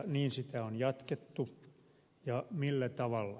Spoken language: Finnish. niin sitä on jatkettu ja millä tavalla